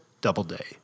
Doubleday